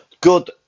good